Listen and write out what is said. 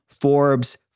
Forbes